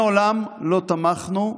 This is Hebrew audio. מעולם לא תמכנו,